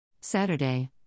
Saturday